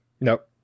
Nope